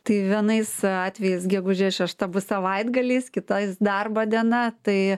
tai vienais atvejais gegužės šešta bus savaitgaliais kitais darbo diena tai